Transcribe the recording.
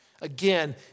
Again